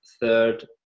third